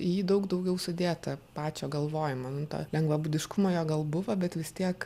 į jį daug daugiau sudėta pačio galvojimo nu to lengvabūdiškumo jo gal buvo bet vis tiek